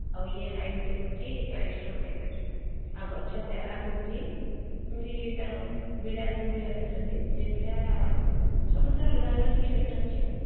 ଆଉ ଇଏ ହାଇବ୍ରିଡ଼୍ ହେଉଛି ଚାଳିଶ ଟଙ୍କା ପ୍ୟାକେଟ୍ ଆଉ ଗଛ ଚାରା ହେଉଛି ଏମିତି ତା'ର ବିଡ଼ା ଯେଉଁ ବିଡ଼ା ଦେଖୁଛନ୍ତି ସେ ବିଡ଼ା ସବୁଥିରେ ଅଲଗା ଅଲଗା ଟିକିଏ ରେଟ୍ ଅଛି ଆଉ